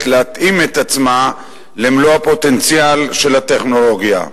להתאים את עצמה למלוא הפוטנציאל של הטכנולוגיה.